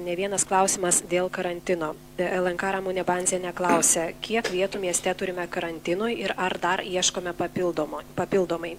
ne vienas klausimas dėl karantino lnk ramunė bandzienė klausia kiek vietų mieste turime karantinui ir ar dar ieškome papildomo papildomai